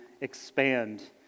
expand